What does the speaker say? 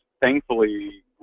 thankfully